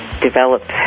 develop